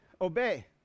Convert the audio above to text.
obey